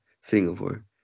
Singapore